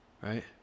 Right